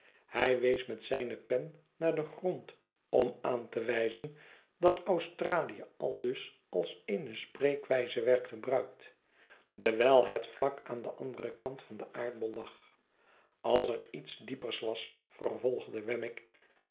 hij wees met zijne pen naar den grond om aan te wijzen dat australie alsdus als eene spreekwijze werd gebruikt dewijl het vlak aan den anderen kant van den aardbol lag als er iets diepers was vervolgde wemmick